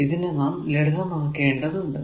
അതിനാൽ ഇതിനെ നാം ലളിതമാക്കേണ്ടതുണ്ട്